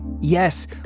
Yes